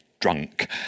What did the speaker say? drunk